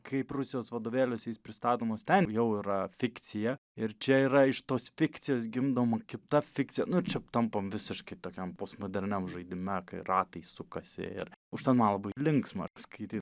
kaip rusijos vadovėliuose jis pristatomos ten jau yra fikcija ir čia yra iš tos fikcijos gimdoma kita fikcija čia tampam visiškai tokiam postmoderniam žaidime kai ratai sukasi ir užtat man labai linksma skaityt